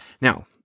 Now